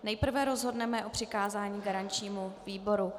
Nejprve rozhodneme o přikázání garančnímu výboru.